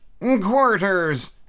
quarters